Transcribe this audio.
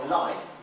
life